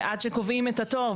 ועד שקובעים את התור,